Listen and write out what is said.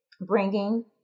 bringing